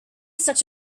such